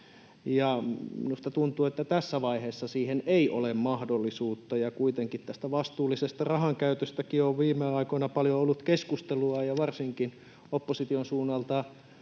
Minusta tuntuu, että tässä vaiheessa siihen ei ole mahdollisuutta, ja kuitenkin tästä vastuullisesta rahankäytöstäkin on viime aikoina paljon ollut keskustelua ja varsinkin opposition suunnalta